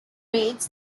rates